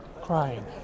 crying